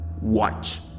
Watch